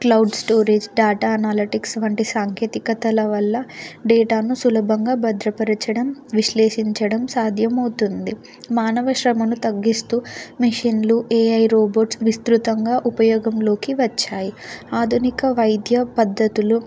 cloud storage data analytics వంటి సాంకేతికతల వల్ల డేటాను సులభంగా భద్రపరచడం విశ్లేషించడం సాధ్యమవుతుంది మానవ శ్రమను తగ్గిస్తూ మిషన్లు ఏ ఐ రోబోట్స్ విస్తృతంగా ఉపయోగంలోకి వచ్చాయి ఆధునిక వైద్య పద్ధతులు